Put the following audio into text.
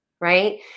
right